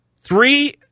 three